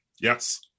yes